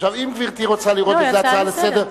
אם גברתי רוצה לראות בזה הצעה לסדר,